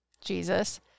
Jesus